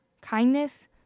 kindness